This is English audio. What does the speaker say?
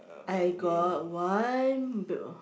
I got one b~